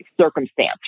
circumstance